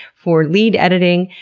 for lead editing.